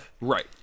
Right